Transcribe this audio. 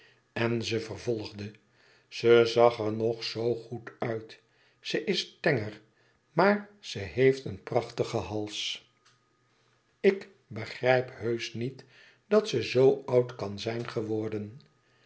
en ze vervolgde ze zag er nog zoo goed uit ze is tenger maar ze heeft een prachtigen hals ik begrijp heusch niet dat ze zo oud kan zijn geworden